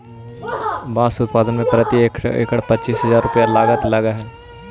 बाँस उत्पादन में प्रति एकड़ पच्चीस हजार रुपया लागत लगऽ हइ